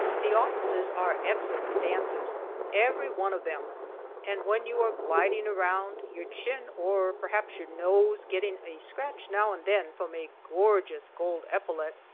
the officers are excellent dancers every one of them and when you are gliding around, your chin, or perhaps your nose, getting a scratch now and then from a gorgeous gold epaulet,